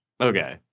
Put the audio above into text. Okay